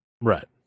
right